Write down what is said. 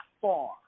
far